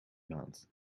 maand